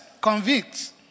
convicts